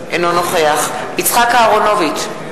אינו נוכח יצחק אהרונוביץ,